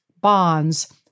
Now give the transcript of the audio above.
bonds